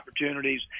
opportunities